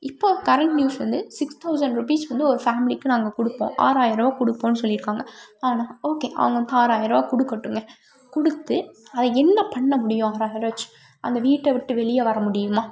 இப்போது current news வந்து six thousand rupees வந்து ஒரு ஃபேமிலிக்கு நாங்கள் கொடுப்போம் ஆறாயிரம் ருபா கொடுப்போன்னு சொல்லியிருக்காங்க ஆனால் ஓகே அவங்க வந்து ஆறாயிரம் ருபா கொடுக்கட்டுங்க கொடுத்து அதை என்ன பண்ண முடியும் அந்த ஆறாயிரம் ருபா வச்சு அந்த வீட்டை விட்டு வெளியே வரமுடியுமா